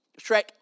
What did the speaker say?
Shrek